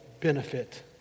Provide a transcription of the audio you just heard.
benefit